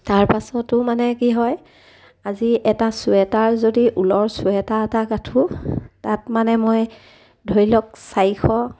তাৰ পাছতো মানে কি হয় আজি এটা চুৱেটাৰ যদি ঊলৰ চুৱেটাৰ এটা গাঁঠো তাত মানে মই ধৰি লওক চাৰিশ